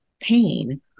pain